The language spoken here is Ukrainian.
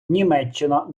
німеччина